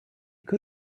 could